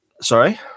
sorry